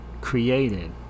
created